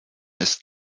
ist